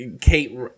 Kate